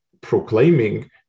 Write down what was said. proclaiming